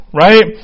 Right